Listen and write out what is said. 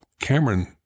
Cameron